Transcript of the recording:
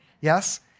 yes